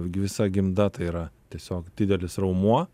visa gimda tai yra tiesiog didelis raumuo